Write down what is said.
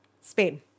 Spain